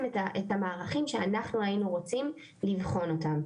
את המערכים שאנחנו היינו רוצים לבחון אותם.